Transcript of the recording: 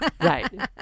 Right